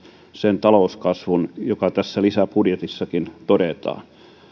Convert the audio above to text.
sen talouskasvun joka tässä lisäbudjetissakin todetaan se